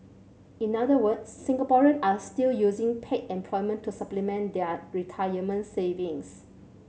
in other words Singaporeans are still using paid employment to supplement their retirement savings